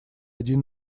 один